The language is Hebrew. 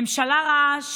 ממשלה רעה,